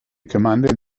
commanded